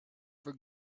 for